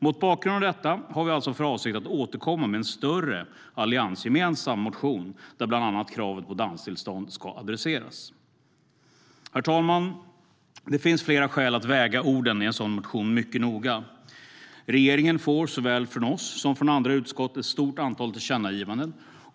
Mot bakgrund av detta har vi alltså för avsikt att återkomma med en större alliansgemensam motion där bland annat kravet på danstillstånd ska adresseras. Herr talman! Det finns flera skäl att väga orden i en sådan motion mycket noga. Regeringen får såväl från oss som från andra utskott ett stort antal tillkännagivanden.